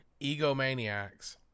egomaniacs